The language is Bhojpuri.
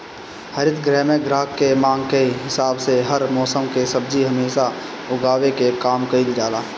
हरित गृह में ग्राहक के मांग के हिसाब से हर मौसम के सब्जी हमेशा उगावे के काम कईल जाला